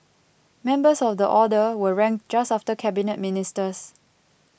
members of the order were ranked just after Cabinet Ministers